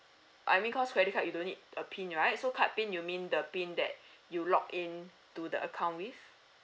okay I mean cause credit card you don't need a PIN right so card PIN you mean the PIN that you log in to the account with